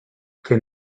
can